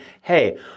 hey